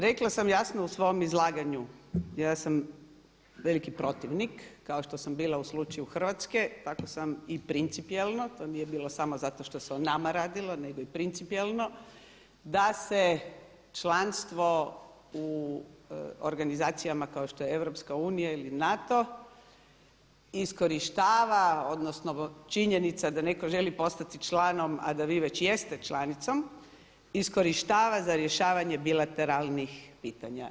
Rekla sam jasno u svom izlaganju, ja sam veliki protivnik, kao što sam bila u slučaju Hrvatske tako sam i principijelno, to nije bilo samo zato što se o nama radilo, nego i principijelno da se članstvo u organizacijama kako što je EU ili NATO iskorištava odnosno činjenica da netko želi postati članom a da vi već jeste članicom iskorištava za rješavanje bilateralnih pitanja.